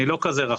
אני לא כזה רחוק.